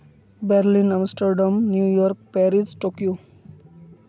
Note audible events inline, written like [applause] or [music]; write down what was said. Berlin [unintelligible] New York Paris Tokyo